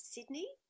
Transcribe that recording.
Sydney